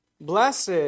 Blessed